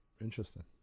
Interesting